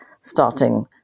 starting